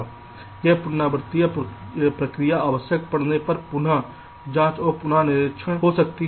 और यह पुनरावृत्ति प्रक्रिया आवश्यकता पड़ने पर पुनः जाँच और पुनः परीक्षण हो सकती है